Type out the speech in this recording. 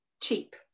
cheap